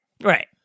Right